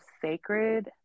sacred